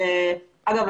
אגב,